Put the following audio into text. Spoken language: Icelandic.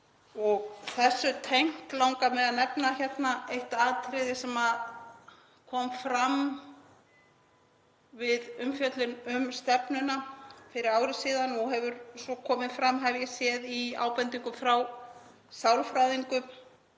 Þessu tengt langar mig að nefna hérna eitt atriði sem kom fram við umfjöllun um stefnuna fyrir ári síðan og hefur svo komið fram, hef ég séð, í ábendingum frá sálfræðingum